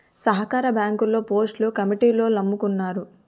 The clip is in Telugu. సహకార బ్యాంకుల్లో పోస్టులు కమిటీలోల్లమ్ముకున్నారు